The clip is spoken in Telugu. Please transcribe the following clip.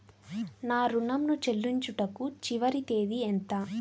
నా ఋణం ను చెల్లించుటకు చివరి తేదీ ఎంత?